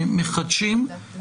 נחדש את הדיון.